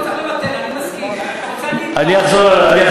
אתה לא צריך למתן, אני מסכים.